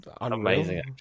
amazing